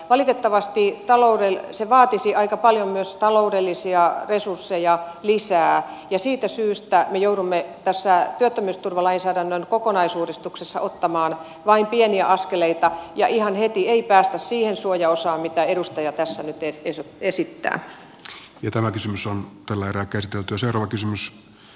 valitettavasti se vaatisi aika paljon myös taloudellisia resursseja lisää ja siitä syystä me joudumme tässä työttömyysturvalainsäädännön kokonaisuudistuksessa ottamaan vain pieniä askeleita ja ihan heti ei päästä siihen suojaosaan mitä edustaja tässä nyt esittää hiertävä kysymys on tällä erää käsitelty sorvakysymys